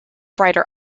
brighter